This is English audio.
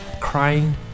crying